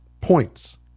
points